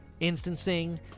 instancing